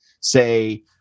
say